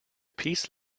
peace